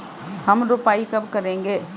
हम रोपाई कब करेंगे?